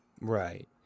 right